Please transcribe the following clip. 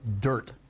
dirt